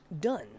done